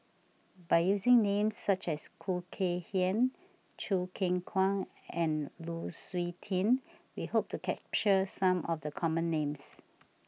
by using names such as Khoo Kay Hian Choo Keng Kwang and Lu Suitin we hope to capture some of the common names